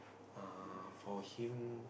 uh for him